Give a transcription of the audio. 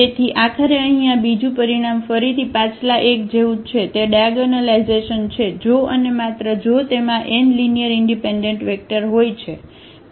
તેથી આખરે અહીં આ બીજું પરિણામ ફરીથી પાછલા એક જેવું જ છે તે ડાયાગોનલાઇઝેશન છે જો અને માત્ર જો તેમાં n લીનીઅરઇનડિપેન્ડન્ટ વેક્ટર હોય છે